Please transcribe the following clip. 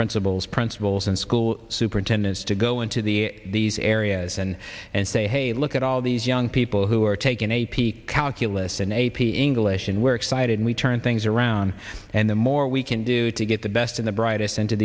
principals principals and school superintendents to go into the these areas and and say hey look at all these young people who are taking a p calculus and a p english and we're excited we turn things around and the more we can do to get the best in the brightest into